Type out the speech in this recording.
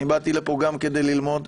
אני באתי לפה גם כדי ללמוד,